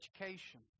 education